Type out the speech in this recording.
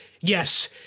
yes